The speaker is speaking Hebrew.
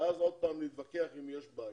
ואז עוד פעם נתווכח אם יש בעיה.